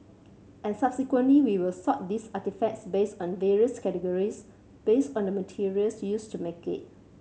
and subsequently we will sort these artefacts based on various categories based on the materials used to make it